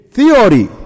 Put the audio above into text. Theory